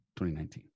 2019